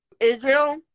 Israel